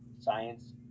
Science